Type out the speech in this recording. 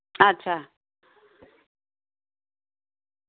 अच्छा